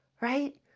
right